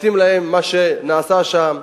מתאים להם מה שנעשה שם,